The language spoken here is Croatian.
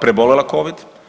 preboljela covid.